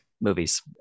movies